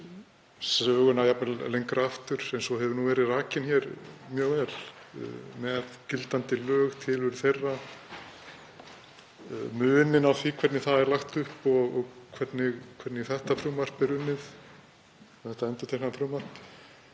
jafnvel lengra aftur, eins og hefur verið rakið hér mjög vel, um gildandi lög, tilurð þeirra, muninn á því hvernig þau eru lögð upp og hvernig þetta frumvarp er unnið, þetta endurtekna frumvarp,